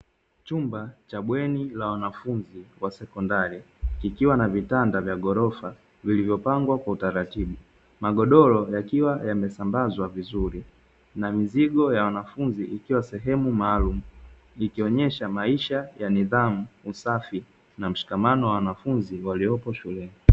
Chumba cha bweni la wanafunzi wa sekondari, ikiwa na vitanda vya ghorofa vilivyopangwa kwa utaratibu, magodoro yakiwa yamesambazwa vizuri, na mizigo ya wanafunzi ikiwa sehemu maalumu. Ikionyesha maisha ya nidhamu, usafi na mshikamano wa wanafunzi waliopo shuleni.